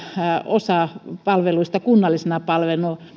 osa palveluista kunnallisina palveluina